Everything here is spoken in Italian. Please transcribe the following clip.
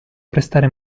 prestare